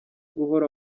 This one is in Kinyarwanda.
guhora